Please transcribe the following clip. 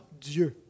Dieu